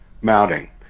mounting